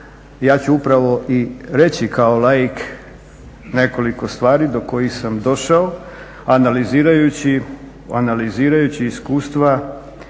ja ću upravo i reći kao laik nekoliko stvari do kojih sam došao analizirajući iskustva